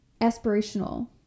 aspirational